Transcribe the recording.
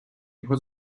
його